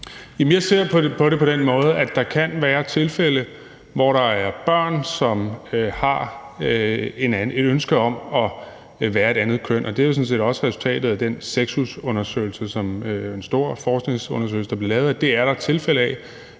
jeg ser på det på den måde, at der kan være tilfælde, hvor der er børn, som har et ønske om at være et andet køn, og det er jo sådan set også resultatet af den sexusundersøgelse, en stor forskningsundersøgelse, der blev lavet, at det er der tilfælde af.